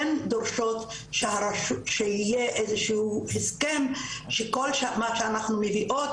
דורשות שיהיה איזשהו הסכם שכל מה שאנחנו מביאות,